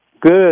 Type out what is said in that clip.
Good